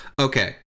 Okay